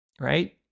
right